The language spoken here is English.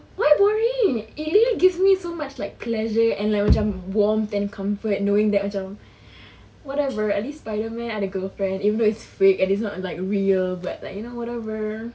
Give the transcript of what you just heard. why boring it literally gives me so much like pleasure and like macam warmth and comfort knowing that macam whatever at least spiderman ada girlfriend even though it's fake and it's not like real but like you know whatever